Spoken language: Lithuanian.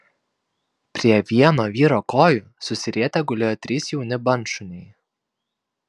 prie vieno vyro kojų susirietę gulėjo trys jauni bandšuniai